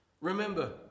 Remember